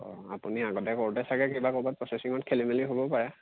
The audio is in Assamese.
অঁ আপুনি আগতে কৰোতে চাগে কিবা ক'ৰবাত প্ৰচেচিঙত খেলিমেলি হ'ব পাৰে